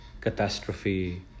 catastrophe